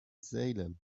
salem